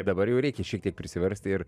dabar jau reikia šiek tiek prisiverst ir